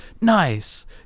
nice